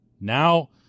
Now